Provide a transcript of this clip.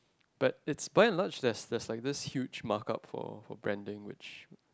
but it's by and large there's there's like this huge mark up for for branding which